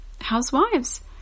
housewives